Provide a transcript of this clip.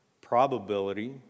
probability